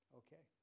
okay